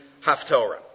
Haftorah